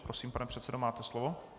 Prosím, pane předsedo, máte slovo.